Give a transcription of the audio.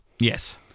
Yes